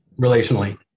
relationally